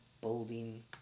building